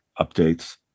updates